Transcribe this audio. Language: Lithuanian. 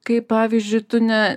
kai pavyzdžiui tu ne